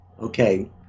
Okay